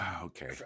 okay